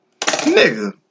Nigga